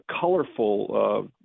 colorful